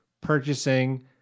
purchasing